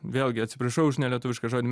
vėlgi atsiprašau už nelietuvišką žodį